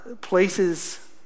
places